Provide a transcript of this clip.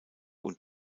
und